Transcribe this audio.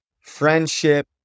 friendship